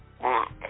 back